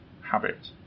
habit